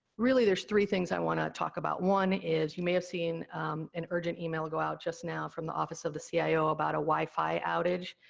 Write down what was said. really, there's three things i wanna talk about one is, you may have seen an urgent email go out just now from the office of the cio about a wifi outage?